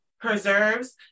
preserves